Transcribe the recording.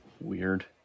Weird